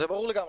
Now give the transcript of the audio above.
זה ברור לגמרי.